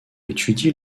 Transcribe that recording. étudie